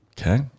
Okay